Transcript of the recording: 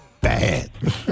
bad